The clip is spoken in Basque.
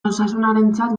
osasunarentzat